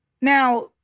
Now